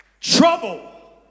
trouble